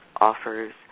offers